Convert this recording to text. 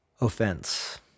offense